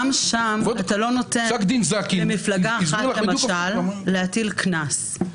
למשל אתה לא נותן למפלגה אחת להטיל קנס,